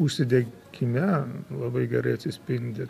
užsidegime labai gerai atsispindi